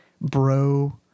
bro